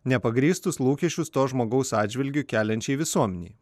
nepagrįstus lūkesčius to žmogaus atžvilgiu keliančiai visuomenei